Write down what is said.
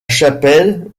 chapelle